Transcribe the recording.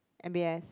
m_b_s